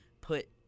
put